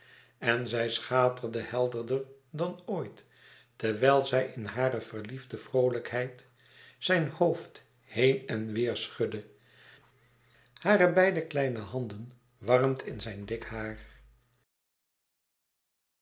en zij schaterde helderder dan ooit terwijl zij in hare verliefde vroolijkheid zijn hoofd heen en weêr schudde hare beide kleine handen warrend in zijn dik haar